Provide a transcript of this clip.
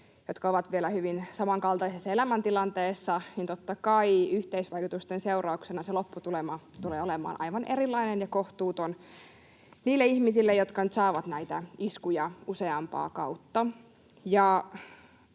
jotka ovat vielä hyvin samankaltaisessa elämäntilanteessa, niin totta kai yhteisvaikutusten seurauksena se lopputulema tulee olemaan aivan erilainen ja kohtuuton niille ihmisille, jotka nyt saavat näitä iskuja useampaa kautta.